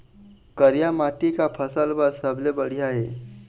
करिया माटी का फसल बर सबले बढ़िया ये?